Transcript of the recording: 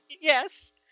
Yes